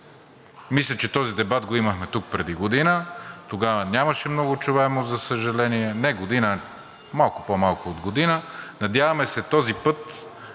Мисля, че този дебат го имахме тук преди година. Тогава нямаше много чуваемост, за съжаление. Не година, а малко по-малко от година. Надяваме се този път